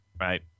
right